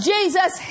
Jesus